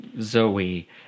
Zoe